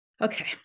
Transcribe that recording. Okay